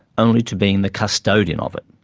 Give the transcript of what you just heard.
only to being the custodian of it.